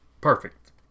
perfect